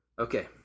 Okay